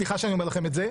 סליחה שאני אומר את זה,